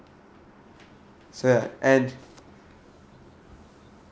so ya and